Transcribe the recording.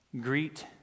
Greet